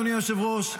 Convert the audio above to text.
אדוני היושב-ראש,